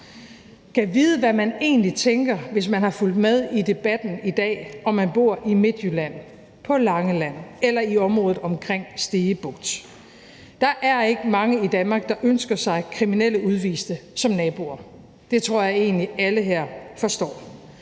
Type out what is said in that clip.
Gad vide, hvad man egentlig tænker, hvis man har fulgt med i debatten i dag og man bor i Midtjylland, på Langeland eller i området omkring Stege Bugt. Der er ikke mange i Danmark, der ønsker sig kriminelle udviste som naboer – det tror jeg egentlig alle her forstår.